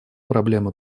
проблема